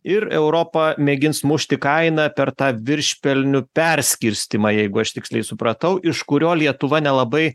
ir europa mėgins mušti kainą per tą viršpelnių perskirstymą jeigu aš tiksliai supratau iš kurio lietuva nelabai